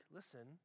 listen